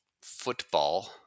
football